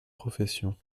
professions